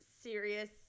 serious